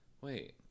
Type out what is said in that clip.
Wait